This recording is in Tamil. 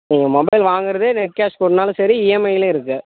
நீங்கள் மொபைல் வாங்கறதே ரெடி கேஷ் கொடுக்கணுன்னாலும் சரி இஎம்ஐயிலையும் இருக்கு